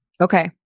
okay